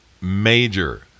major